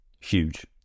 huge